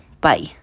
bye